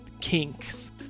kinks